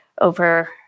over